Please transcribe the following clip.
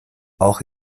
auch